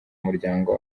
muryango